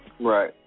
Right